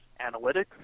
analytics